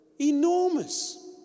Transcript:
Enormous